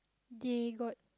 they got